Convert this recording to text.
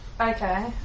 Okay